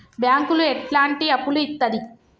బ్యాంకులు ఎట్లాంటి అప్పులు ఇత్తది?